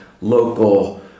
local